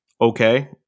okay